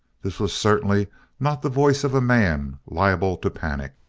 this was certainly not the voice of a man liable to panic.